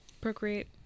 Procreate